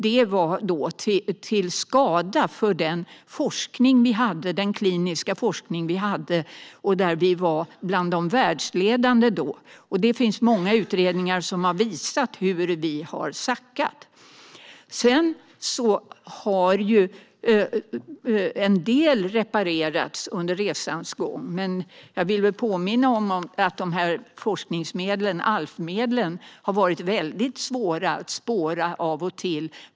Det var till skada för den kliniska forskningen som då var bland de världsledande. Det finns många utredningar som har visat hur vi har sackat. En del har reparerats under resans gång. Men jag vill påminna om att ALF-medlen av och till har varit väldigt svåra att spåra.